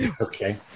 Okay